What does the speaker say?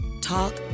talk